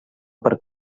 per